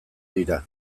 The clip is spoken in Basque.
dira